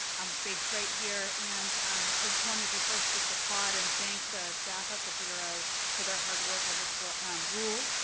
um based right here, and um i wanted to first just applaud and thank the staff of the bureau for their hard work on this um rule,